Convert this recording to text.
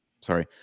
Sorry